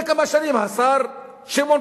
מושקעים בשנים האחרונות,